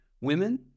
women